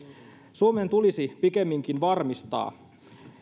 suomen tulisi pikemminkin varmistaa